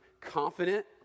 confident